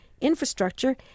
infrastructure